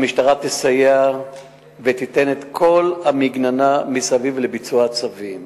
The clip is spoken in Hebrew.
המשטרה תסייע ותיתן את כל המגננה מסביב לביצוע הצווים.